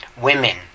women